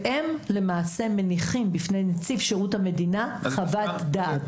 והם למעשה מניחים בפני נציב שירות המדינה חוות דעת.